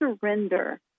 surrender